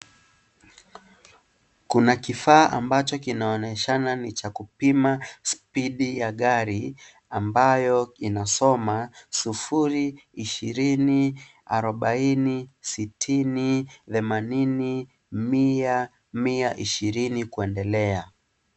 Kuna kifaa ambacho kinaonyeshana ni cha kupima spidi ya gari ambayo inasoma 0,20,40,60,80,100,120 kuendelea.